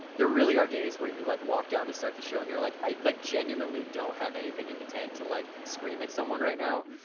there really are days where you like walk down to start the show and you're like i like genuinely don't have anything in the tank to like yeah. scream at someone right now